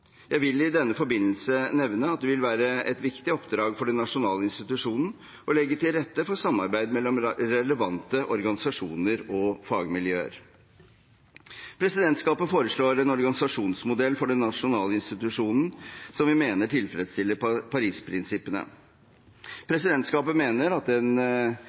Jeg vil i denne forbindelse nevne at det vil være et viktig oppdrag for den nasjonale institusjonen å legge til rette for samarbeid med relevante organisasjoner og fagmiljøer. Presidentskapet foreslår en organisasjonsmodell for den nasjonale institusjonen som vi mener tilfredsstiller Paris-prinsippene. Presidentskapet mener at